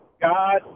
God